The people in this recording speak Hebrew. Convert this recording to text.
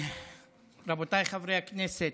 רבותיי חברי הכנסת,